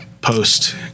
post